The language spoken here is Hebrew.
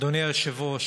אדוני היושב-ראש,